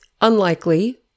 unlikely